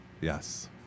yes